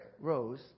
Rose